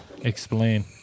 Explain